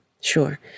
Sure